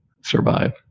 survive